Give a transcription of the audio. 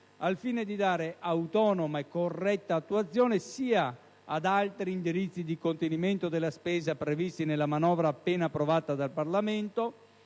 al fine di dare autonoma e corretta attuazione sia ad altri indirizzi di contenimento della spesa previsti nella manovra appena approvata dal Parlamento